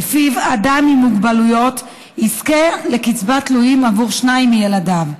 ולפיו אדם עם מוגבלויות יזכה לקצבת תלויים עבור שניים מילדיו.